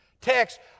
text